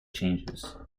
changes